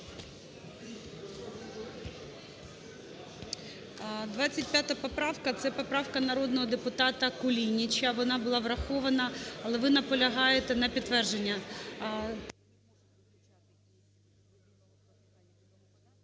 25 поправка це поправка народного депутата Кулініча, вона була врахована, але ви наполягаєте на підтвердження.